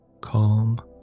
Calm